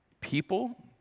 People